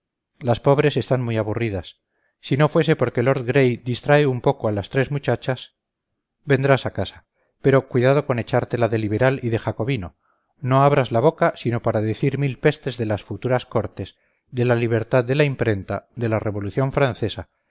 las pobres están muy aburridas si no fuese porque lord gray distrae un poco a las tres muchachas vendrás a casa pero cuidado con echártela de liberal y de jacobino no abras la boca sino para decir mil pestes de las futuras cortes de la libertad de la imprenta de la revolución francesa